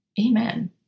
Amen